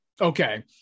okay